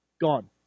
gone